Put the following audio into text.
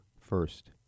first